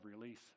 release